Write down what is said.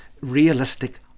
realistic